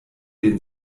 den